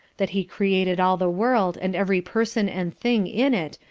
that he created all the world, and every person and thing in it,